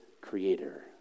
creator